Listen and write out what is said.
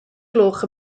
gloch